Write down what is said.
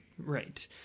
Right